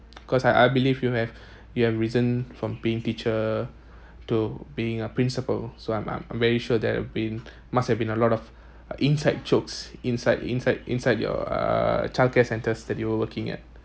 cause I I believe you have you have risen from being teacher to being a principal so I'm I'm I'm very sure that have been must have been a lot of inside jokes inside inside inside your uh childcare centres that you were working at